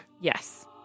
Yes